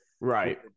Right